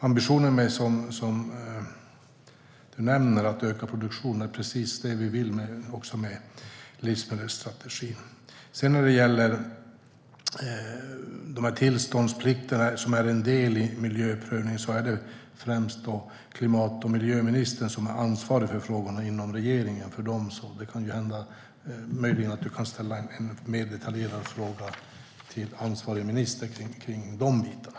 Ambitionen som du nämner, att öka produktionen, är precis vad vi vill med livsmedelsstrategin. När det gäller tillståndsplikterna, som är en del i miljöprövningen, är det främst klimat och miljöministern som är ansvarig för frågorna inom regeringen. Du kan möjligen ställa en mer detaljerad fråga till ansvarig minister om de delarna.